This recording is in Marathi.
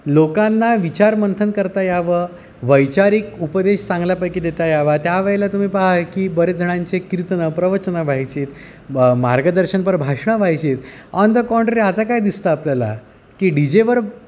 लोकांना विचारमंथन करता यावं वैचारिक उपदेश चांगल्यापैकी देता यावा त्यावेळेला तुम्ही पहा की बरेच जणांचे कीर्तनं प्रवचनं व्हायचीत मं मार्गदर्शनपर भाषणं व्हायची ऑन द काँट्ररी आता काय दिसतं आपल्याला की डी जेवर